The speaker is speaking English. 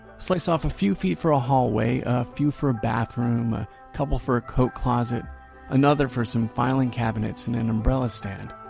slice off a few feet for a hallway, a few for a bathroom, a couple for a coat closet and other for some filing cabinets and an umbrella stand.